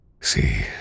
See